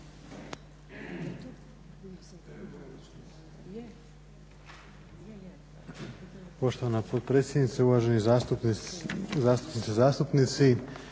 Poštovana potpredsjednice, uvaženi zastupnice i zastupnici.